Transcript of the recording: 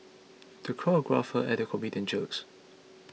the crowd guffawed at the comedian's jokes